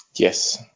Yes